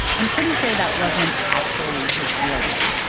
i'm pretty sure that wasn't actually his real name.